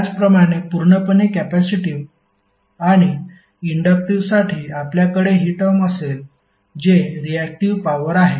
त्याचप्रमाणे पूर्णपणे कॅपेसिटिव्ह आणि इंडक्टिव्हसाठी आपल्याकडे ही टर्म असेल जे रियाक्टिव्ह पॉवर आहे